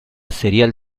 serial